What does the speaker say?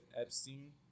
Epstein